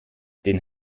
den